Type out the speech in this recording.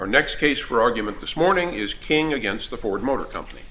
our next case for argument this morning is king against the ford motor company